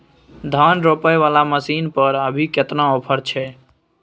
धान रोपय वाला मसीन पर अभी केतना ऑफर छै?